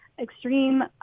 extreme